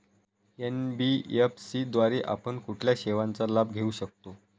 NBFC द्वारे आपण कुठल्या सेवांचा लाभ घेऊ शकतो?